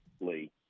Lee